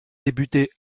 débuté